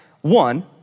one